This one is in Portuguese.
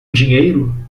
dinheiro